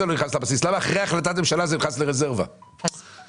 שהוא לא קבוע אבל אל תכניס אותו כרזרבה ובסוף תחזור אלי לוועדה.